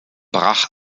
brach